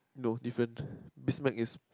no different biz mag is